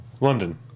London